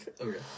okay